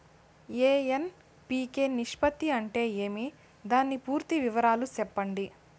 NPK నిష్పత్తి అంటే ఏమి దాని పూర్తి వివరాలు సెప్పండి?